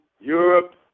Europe